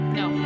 no